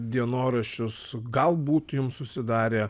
dienoraščius galbūt jums susidarė